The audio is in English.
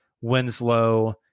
Winslow